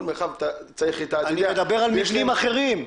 כל מרחב צריך --- אני מדבר על מבנים אחרים,